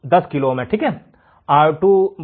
तो यह 10 किलो ओमkilo ohms है